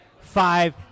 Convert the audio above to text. five